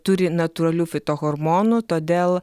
turi natūralių fitohormonų todėl